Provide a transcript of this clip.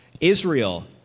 Israel